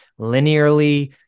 linearly